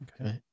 Okay